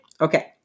Okay